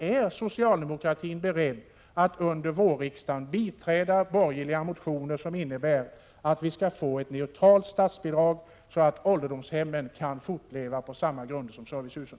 Är socialdemokratin beredd att under vårsessionen biträda borgerliga motioner med förslag om ett neutralt statsbidrag, så att ålderdomshemmen kan fortleva på samma grunder som servicehusen?